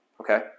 Okay